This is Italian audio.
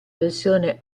versione